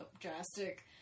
drastic